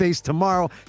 tomorrow